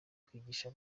kwigisha